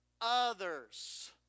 others